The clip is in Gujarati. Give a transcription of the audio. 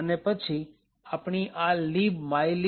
અને પછી આપણી આ libmylib